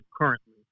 currently